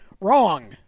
Wrong